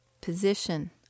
position